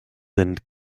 and